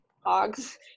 hogs